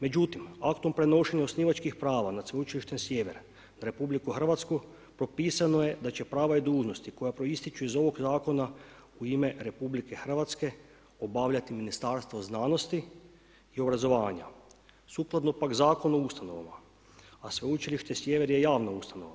Međutim, aktom prenošenja osnivačkih prava nad Sveučilištem Sjever na RH propisano je da će prava i dužnosti koje proističu iz ovog zakona u ime RH obavljati Ministarstvo znanosti i obrazovanja sukladno pak Zakonu o ustanovama, a Sveučilište Sjever je javna ustanova.